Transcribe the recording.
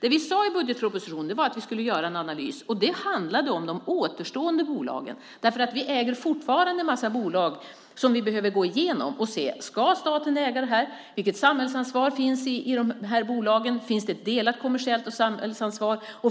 Det vi sade i budgetpropositionen var att vi skulle göra en analys, och det handlade om de återstående bolagen. Vi äger fortfarande en massa bolag som vi behöver gå igenom och se: Ska staten äga det här? Vilket samhällsansvar finns i de här bolagen? Finns det delat kommersiellt ansvar och samhällsansvar?